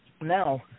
now